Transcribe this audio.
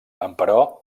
emperò